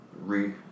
re